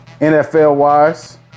NFL-wise